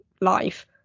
life